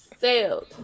sailed